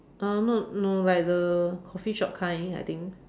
uh no no like the coffee shop kind I think